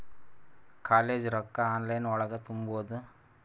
College ರೊಕ್ಕ online ಒಳಗ ತುಂಬುದು?